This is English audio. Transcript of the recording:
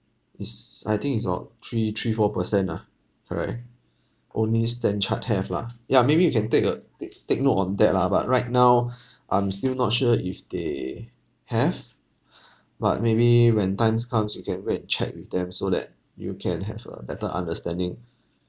it's I think it's on three three four percent ah correct only standchart have lah ya maybe you can take a take take note on that lah but right now I'm still not sure if they have but maybe when times comes you can go and check with them so that you can have a better understanding